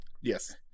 Yes